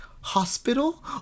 hospital